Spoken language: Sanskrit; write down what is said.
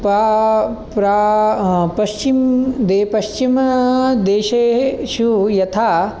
पा प्रा पश्चिम पश्चिम पश्चिमदेशेषु यथा